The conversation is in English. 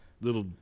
little